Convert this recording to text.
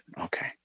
Okay